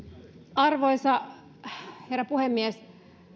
arvoisa herra puhemies